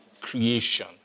creation